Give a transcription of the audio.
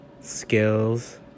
skills